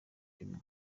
birimo